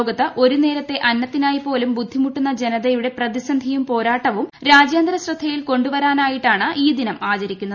ലോകത്ത് ഒരുനേരത്തെ അന്നത്തിനായി പോലും ബുദ്ധിമുട്ടുന്ന ജനതയുടെ പ്രതിസന്ധിയും പോരാട്ടവും രാജ്യന്തരശ്രദ്ധയിൽ കൊണ്ടുവരാനായിട്ടാണ് ഈ ദിനം ആചരിക്കുന്നത്